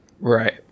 Right